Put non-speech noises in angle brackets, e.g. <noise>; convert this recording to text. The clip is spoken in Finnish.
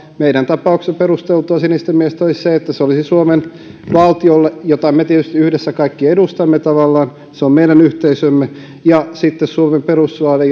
meidän tapauksessamme perusteltua olisi se että se olisi suomen valtiolle jota me tietysti yhdessä kaikki edustamme tavallaan se on meidän yhteisömme ja sitten suomen perustuslaille <unintelligible>